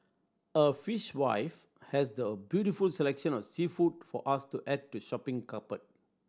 a Fishwife has the beautiful selection of seafood for us to add to shopping